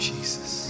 Jesus